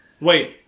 Wait